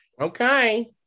Okay